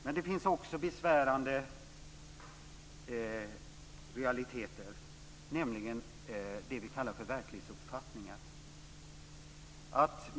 Men det finns också besvärande realiteter, nämligen det vi kallar för verklighetsuppfattningar.